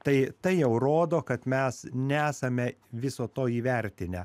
tai tai jau rodo kad mes nesame viso to įvertinę